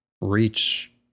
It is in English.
reach